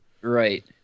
Right